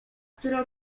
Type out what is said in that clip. które